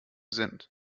sind